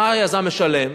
מה היזם משלם?